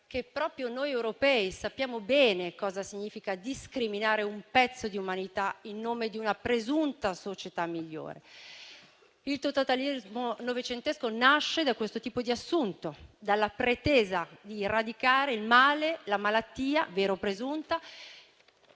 che, proprio noi europei, sappiamo bene cosa significa discriminare un pezzo di umanità in nome di una presunta società migliore. Il totalitarismo novecentesco nasce da questo tipo di assunto, dalla pretesa di sradicare il male, la malattia, vera o presunta,